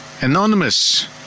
Anonymous